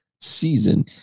season